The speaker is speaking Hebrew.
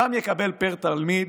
שם יקבלו פר תלמיד